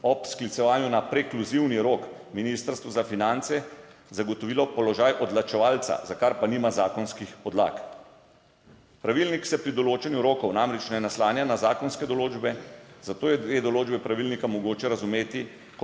ob sklicevanju na prekluzivni rok Ministrstvo za finance zagotovilo položaj odločevalca, za kar pa nima zakonskih podlag. Pravilnik se pri določanju rokov namreč ne naslanja na zakonske določbe, zato je te določbe pravilnika mogoče razumeti